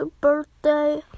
birthday